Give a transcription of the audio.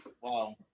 wow